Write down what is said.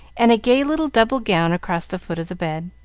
and a gay little double gown across the foot of the bed.